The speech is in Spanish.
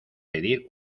pedir